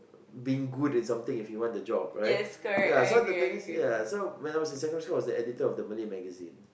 beige good in something if you want the job right ya so the thing ya so when I was in secondary school I was the editor of the Malay magazine